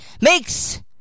makes